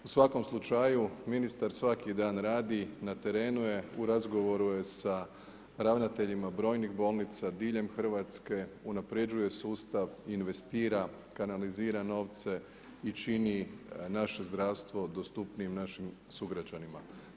U svakom slučaju, ministar svaki dan radi, na terenu je, u razgovoru je sa ravnateljima brojnih bolnica diljem Hrvatske, unaprjeđuje sustav, investira, kanalizira novce i čini naše zdravstvo dostupnijim našim sugrađanima.